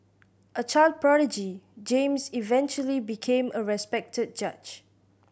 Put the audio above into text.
a child prodigy James eventually became a respected judge